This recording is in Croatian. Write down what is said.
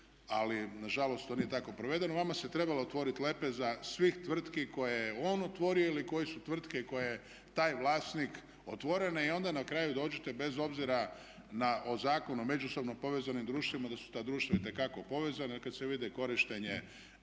ali nažalost on je tako proveden, vama se trebala otvoriti lepeza svih tvrtki koje je on otvorio ili koje su tvrtke koje taj vlasnik otvorene i onda na kraju dođete bez obzira na Zakon o međusobno povezanim društvima da su ta društva itekako povezana jer kad se vidi i korištenje